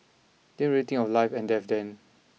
didn't really think of life and death then